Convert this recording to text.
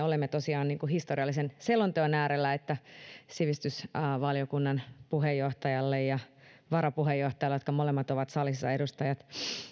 olemme tosiaan historiallisen selonteon äärellä että sivistysvaliokunnan puheenjohtajalle ja varapuheenjohtajalle jotka molemmat ovat salissa edustajat